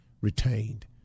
retained